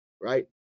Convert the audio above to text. Right